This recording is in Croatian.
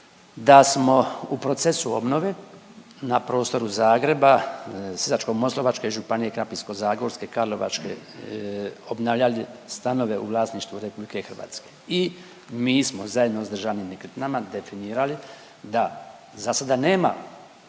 da smo u procesu obnove na prostoru Zagreba, Sisačko-moslavačke županije, Krapinsko-zagorske, Karlovačke obnavljali stanove u vlasništvu Republike Hrvatske i mi smo zajedno sa državnim nekretninama definirali da za sada nema